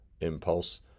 impulse